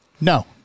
No